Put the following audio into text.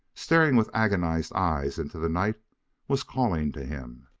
staring with agonized eyes into the night was calling to him